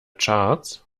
charts